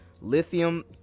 lithium